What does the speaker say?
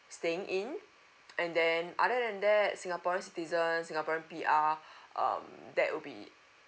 staying in and then other than that singapore citizen singaporean P_R um that would be